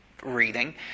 reading